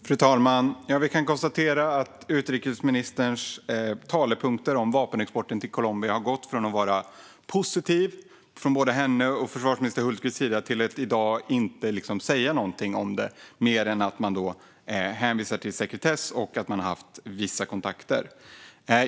Fru talman! Jag kan konstatera att utrikesministerns talepunkter om vapenexporten till Colombia har gått från att vara positiva, både från henne och försvarsminister Hultqvist, till att i dag enbart hänvisa till sekretess och att man haft vissa kontakter.